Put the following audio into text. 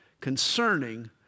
concerning